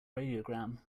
radiogram